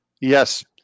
Yes